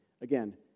Again